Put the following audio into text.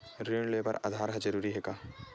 ऋण ले बर आधार ह जरूरी हे का?